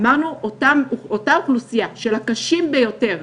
אמרנו שאותה אוכלוסייה של הקשים ביותר,